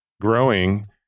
growing